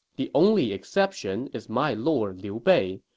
the only exception is my lord liu bei,